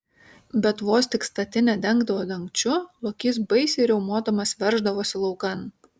bet vos tik statinę dengdavo dangčiu lokys baisiai riaumodamas verždavosi laukan